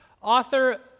author